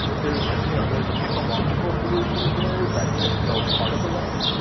there's you know there's a technological solution here that can go part of the way.